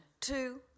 two